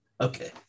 Okay